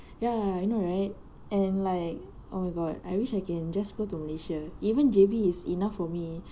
ya I know right and like oh my god I wish I can just go to malaysia even J_B is enough for me